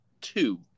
two